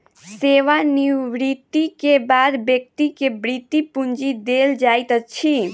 सेवा निवृति के बाद व्यक्ति के वृति पूंजी देल जाइत अछि